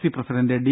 C president D